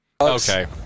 Okay